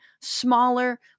smaller